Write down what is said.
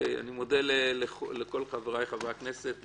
אני מודה לכל חבריי חברי הכנסת,